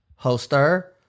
hoster